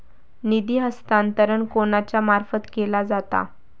निधी हस्तांतरण कोणाच्या मार्फत केला जाता?